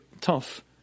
tough